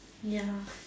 ya